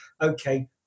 okay